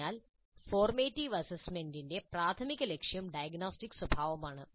അതിനാൽ ഫോർമാറ്റീവ് അസസ്മെന്റിന്റെ പ്രാഥമിക ലക്ഷ്യം ഡയഗ്നോസ്റ്റിക് സ്വഭാവമാണ്